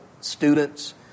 students